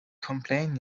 complain